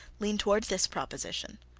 leaned towards this proposition.